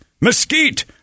Mesquite